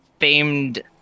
...famed